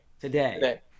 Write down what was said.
Today